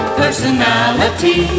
personality